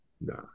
Nah